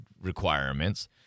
requirements